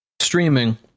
streaming